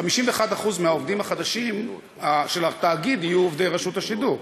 51% מהעובדים החדשים של התאגיד יהיו עובדי רשות השידור.